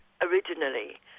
originally